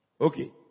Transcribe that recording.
Okay